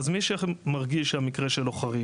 אז מי שמרגיש שהמקרה שלו חריג,